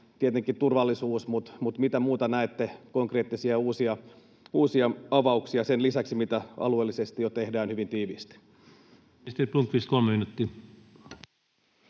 Tietenkin turvallisuus, mutta mitä muita konkreettisia uusia avauksia näette sen lisäksi, mitä alueellisesti jo tehdään hyvin tiiviisti?